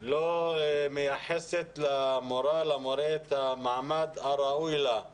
לא מייחסת למורָה ולמורֶַה את המעמד הראוי להם